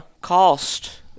cost